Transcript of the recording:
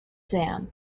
sam